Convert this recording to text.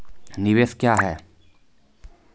निवेश क्या है?